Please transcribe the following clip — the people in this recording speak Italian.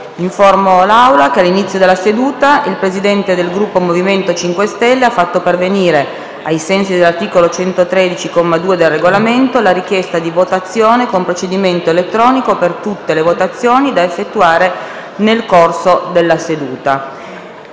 Informo l'Assemblea che all'inizio della seduta il Presidente del Gruppo MoVimento 5 Stelle ha fatto pervenire, ai sensi dell'articolo 113, comma 2, del Regolamento, la richiesta di votazione con procedimento elettronico per tutte le votazioni da effettuare nel corso della seduta.